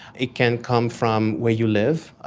it can come from where you live,